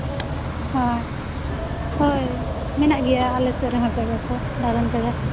ᱦᱳᱭ ᱦᱳᱭ ᱢᱮᱱᱟᱜ ᱜᱮᱭᱟ ᱟᱞᱮ ᱥᱩᱨ ᱨᱮ ᱫᱟᱬᱟᱱ ᱪᱟᱞᱟᱜ